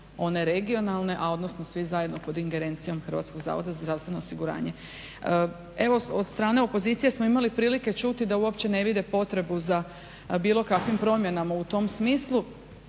one regionalne, a odnosno svi zajedno pod ingerencijom HZZO-a. Evo od strane opozicije smo imali prilike čuti da uopće ne vide potrebu za bilo kakvim promjenama u tom smislu.